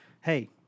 hey